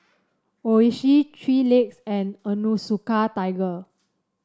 Oishi Three Legs and Onitsuka Tiger